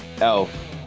Elf